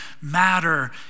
matter